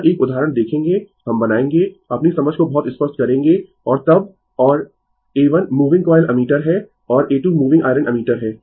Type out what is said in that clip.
यह एक उदाहरण देखेंगें हम बनायेंगें अपनी समझ को बहुत स्पष्ट करेंगें और तब और A1 मूविंग कॉइल एमीटर है और A 2 मूविंग आयरन एमीटर है